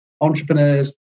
entrepreneurs